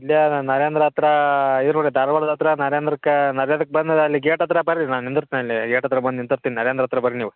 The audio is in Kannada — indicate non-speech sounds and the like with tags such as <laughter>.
ಅಲ್ಲೇ ನರೇಂದ್ರ ಹತ್ರ <unintelligible> ಧಾರ್ವಾಡ್ದ ಹತ್ರ ನರೇಂದ್ರಕ್ಕೆ ನರೇಂದ್ರಕ್ಕೆ ಬಂದ್ರೆ ಅಲ್ಲಿ ಗೇಟ್ ಹತ್ರ ಬನ್ರಿ ನಾನು ನಿಂದಿರ್ತ್ನಿ ಅಲ್ಲಿ ಗೇಟ್ ಹತ್ರ ಬಂದು ನಿಂತಿರ್ತೀನ್ ನರೇಂದ್ರ ಹತ್ತಿರ ಬನ್ರಿ ನೀವು